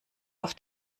auf